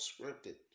scripted